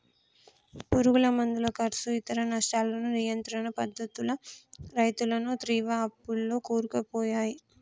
పురుగు మందుల కర్సు ఇతర నష్టాలను నియంత్రణ పద్ధతులు రైతులను తీవ్ర అప్పుల్లో కూరుకుపోయాయి